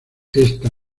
esta